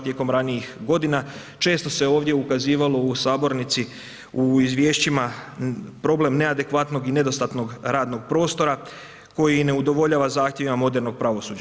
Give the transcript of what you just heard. Tijekom ranijih godina često se ovdje ukazivalo u sabornici u izvješćima problem neadekvatnog i nedostatnog radnog prostora koji i ne udovoljava zahtjevima modernog pravosuđa.